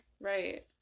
right